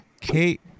Kate